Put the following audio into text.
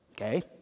Okay